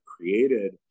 created